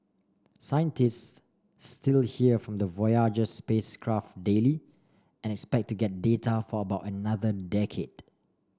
scientists still hear from the Voyager spacecraft daily and expect to get data for about another decade